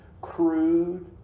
crude